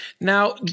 now